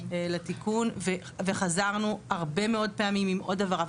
לתיקון וחזרנו הרבה מאוד פעמים עם עוד הבהרה,